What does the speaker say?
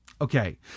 Okay